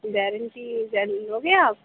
guarantee guarantee لو گے آپ